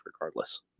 regardless